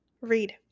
read